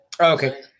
Okay